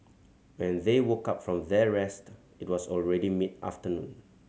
when they woke up from their rest it was already mid afternoon